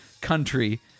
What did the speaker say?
country